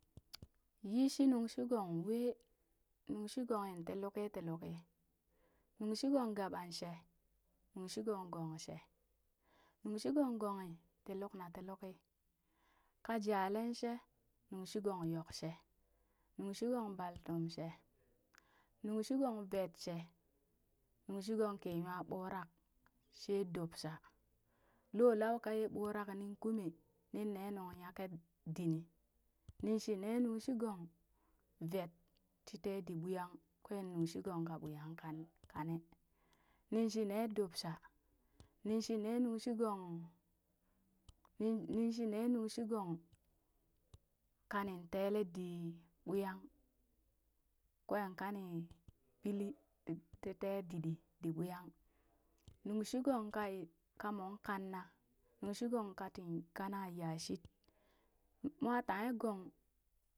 Yishi nung shigong wee nung shigonghin ti luki ti luki, nung shigong gaba shee, nung shigong gong shee, nung shigong gonghi ti luk na ti luki ka jalen shee nung shigong yokshe nuŋ shi gong baltum she, nung shigong vet she, nung shinung kii nywa ɓurak she dubsha, loo lauka ye ɓurak nin kumee nin ne nuŋ nyaken dinii nin shi nee nung shigong veet ti tee di ɓuyang kwee nuŋshigong ka ɓuyang kan- kane nin shii nee dubsha, nin shi nee nuŋ shigong nin nin shi ne nungshigong kanin tele di ɓuyang kwee kanin pili ti tee diɗii di ɓuyang nung shigong ka ka mon kanna, nung shigong kati kana yashit, mwa tanghe gong.